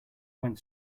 went